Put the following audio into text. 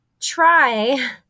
try